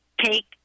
take